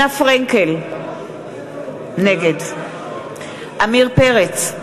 נגד עמיר פרץ,